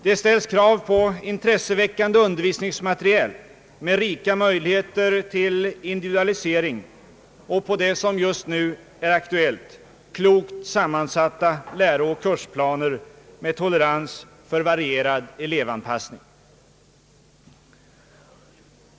Det ställs krav på intresseväckande undervisningsmateriel med rika möjligheter till individualisering och på det som just nu är aktuellt, nämligen klokt sammansatta lärooch kursplaner med tolerans för varierad elevanpassning.